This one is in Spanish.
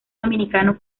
dominicano